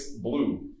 blue